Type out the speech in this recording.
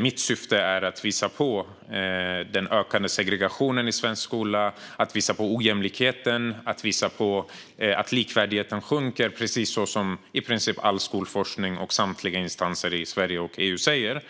Mitt syfte är att visa på den ökande segregationen och ojämlikheten i svensk skola och på att likvärdigheten sjunker, precis som i princip all skolforskning och samtliga instanser i Sverige och EU säger.